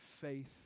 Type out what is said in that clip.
faith